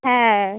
হ্যাঁ